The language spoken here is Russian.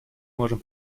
можем